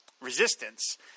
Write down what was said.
resistance